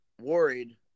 worried